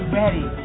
ready